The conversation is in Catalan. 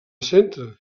centre